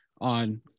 on